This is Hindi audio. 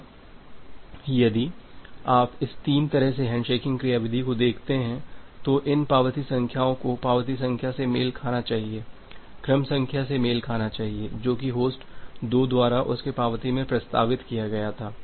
अब यदि आप इस तीन तरह से हैंडशेकिंग क्रियाविधि को देखते हैं तो इन पावती संख्याओं को पावती संख्या से मेल खाना चाहिए क्रम संख्या से मेल खाना चाहिए जो कि होस्ट 2 द्वारा उसके पावती में प्रस्तावित किया गया था